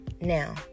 now